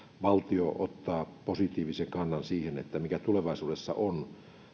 valtio ottaa positiivisen kannan siihen mikä tulevaisuudessa on